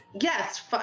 Yes